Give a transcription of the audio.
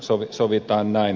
sovitaan näin